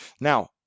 Now